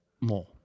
more